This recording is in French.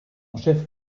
chef